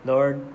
Lord